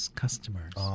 customers